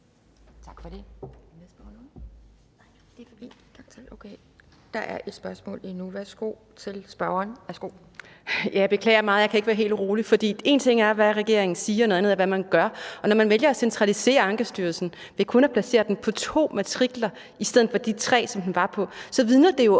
Tak for det. Der er endnu et spørgsmål. Værsgo til spørgeren. Kl. 13:19 Louise Schack Elholm (V): Jeg beklager meget, at jeg ikke kan være helt rolig, for én ting er, hvad regeringen siger – noget andet er, hvad man gør. Og når man vælger at centralisere Ankestyrelsen ved kun at placere den på to matrikler i stedet for de tre, som den var på, så vidner det jo